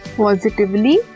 positively